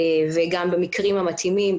במקרים המתאימים,